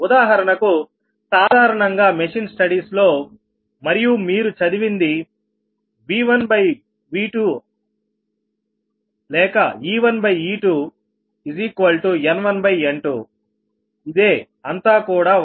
ఉదాహరణకు సాధారణంగా machine studies లో మరియు మీరు చదివింది V1V2 ore1e2N1N2ఇదే అంతా కూడా ఒకటే